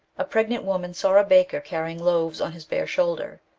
a pregnant woman saw a baker carrying loaves on his bare shoulder.